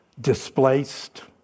displaced